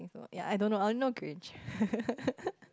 ya I don't know I only know Gringe